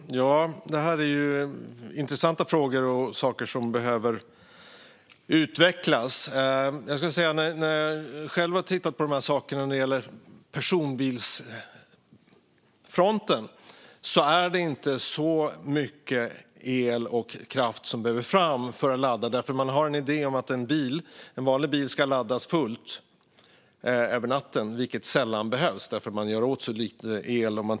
Herr talman! Det här är intressanta frågor om saker som behöver utvecklas. Men när jag har tittat på de här sakerna har jag sett att det inte är så mycket el och kraft som behövs för att man ska kunna ladda personbilar. Det finns en idé om att en vanlig bil ska laddas fullt över natten, vilket sällan behövs, eftersom det går åt så lite el.